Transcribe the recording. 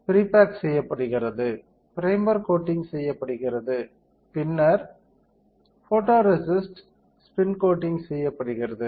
pre bake செய்யப்படுகிறது primer coating செய்யப்படுகிறது பின்னர் ஃபோட்டோரேசிஸ்ட் ஸ்பின் கோட்டிங் செய்யப்படுகிறது